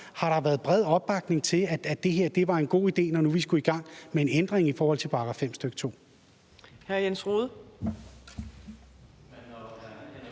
har været bred opbakning til, altså at det her var en god idé, når nu vi skulle i gang med en ændring i forhold til § 5,